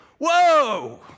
whoa